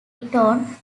eton